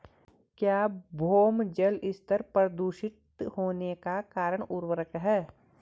क्या भौम जल स्तर प्रदूषित होने का कारण उर्वरक है?